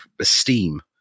esteem